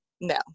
no